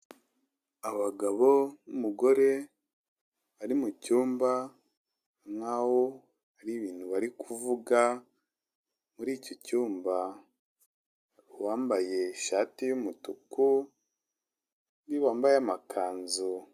Abagabo n'umugore bari mu cyumba nk'aho hari ibintu bari kuvuga, muri iki cyumba uwambaye ishati y'umutuku n'uyu wambaye amakanzu.